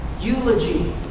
Eulogy